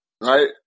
right